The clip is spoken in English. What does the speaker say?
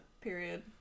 Period